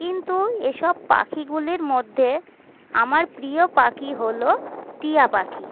কিন্তু এসব পাখিগুলির মধ্যে আমার প্রিয় পাখি হল টিয়া পাখি